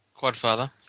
Quadfather